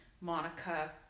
Monica